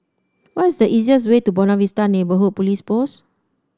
what is the easiest way to Buona Vista Neighbourhood Police Post